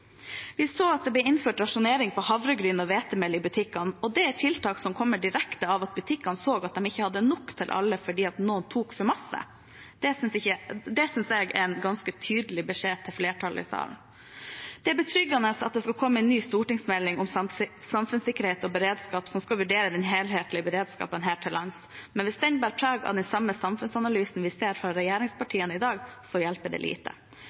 Vi så at det ble innført rasjonering på havregryn og hvetemel i butikkene, og det er et tiltak som kom direkte av at butikkene så at de ikke hadde nok til alle, fordi noen tok for mye. Det synes jeg er en ganske tydelig beskjed til flertallet i salen. Det er betryggende at det skal komme en ny stortingsmelding om samfunnssikkerhet og beredskap som skal vurdere den helhetlige beredskapen her til lands, men hvis den bærer preg av den samme samfunnsanalysen vi ser fra regjeringspartiene i dag, hjelper det lite.